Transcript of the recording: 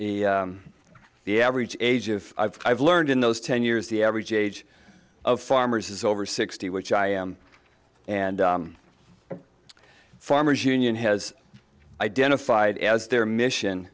the average age of five i've learned in those ten years the average age of farmers is over sixty which i am and farmers union has identified as their mission